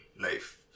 life